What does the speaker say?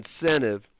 incentive